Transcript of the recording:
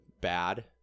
bad